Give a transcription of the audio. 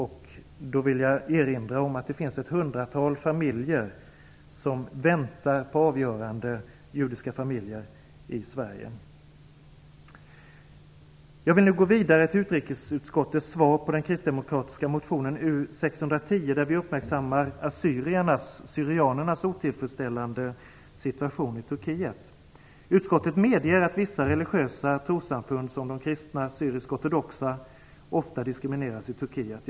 Jag vill erinra om att det finns ett hundratal judiska familjer i Sverige som väntar på ett avgörande från Invandrarverket. Jag vill nu gå vidare till utrikesutskottets svar på den kristdemokratiska motionen U610 där vi uppmärksammar assyriernas och syrianernas otillfredsställande situation i Turkiet. Utskottet medger att vissa religiösa trossamfund, som de kristna syrisk-ortodoxa, ofta diskrimineras i Turkiet.